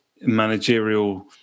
managerial